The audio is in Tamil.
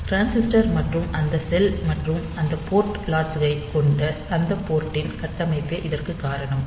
டிரான்சிஸ்டர் மற்றும் அந்த செல் மற்றும் அந்த போர்ட் லாட்சு ஐக் கொண்ட அந்த போர்ட் ன் கட்டமைப்பே இதற்குக் காரணம்